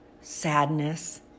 Sadness